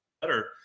better